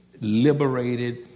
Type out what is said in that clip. liberated